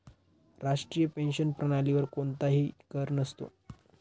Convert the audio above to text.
राष्ट्रीय पेन्शन प्रणालीवर कोणताही कर नसतो